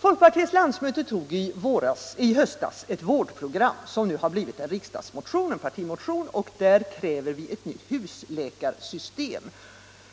Folkpartiets landsmöte tog i höstas ett vårdprogram, som nu har blivit en riksdagsmotion, och där kräver vi ett nytt husläkarsystem.